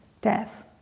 death